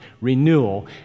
renewal